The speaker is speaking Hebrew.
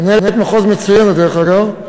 מנהלת מחוז מצוינת, דרך אגב,